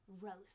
roast